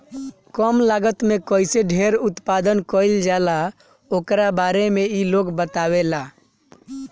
कम लागत में कईसे ढेर उत्पादन कईल जाला ओकरा बारे में इ लोग बतावेला